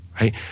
right